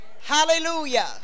Hallelujah